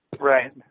Right